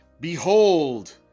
Behold